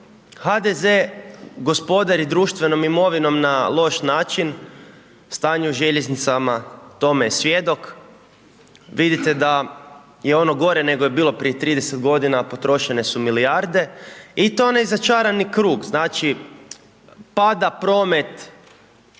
HDZ gospodari društvenim imovinom na loš način, stanje u željeznicama tome je svjedok, vidite da je ono gore nego je bilo prije 30 g. a potrošene su milijarde i to je onaj začarani krug. Znači pada promet